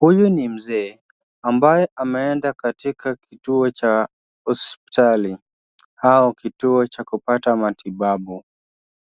Huyu ni mzee ambaye ameenda katika kituo cha hospitali au kituo cha kupata matibabu.